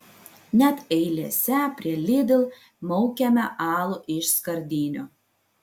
net eilėse prie lidl maukiame alų iš skardinių